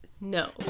No